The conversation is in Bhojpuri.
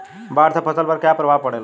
बाढ़ से फसल पर क्या प्रभाव पड़ेला?